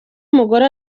umugore